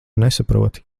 nesaproti